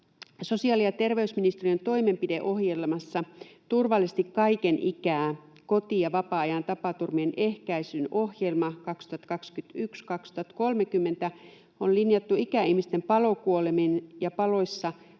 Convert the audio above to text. Sosiaali- ja terveysministeriön toimenpideohjelmassa ”Turvallisesti kaiken ikää. Koti- ja vapaa-ajan tapaturmien ehkäisyn ohjelma 2021—2030” on linjattu ikäihmisten palokuolemien ja paloissa